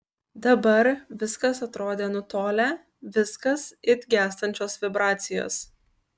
dabar viskas atrodė nutolę viskas it gęstančios vibracijos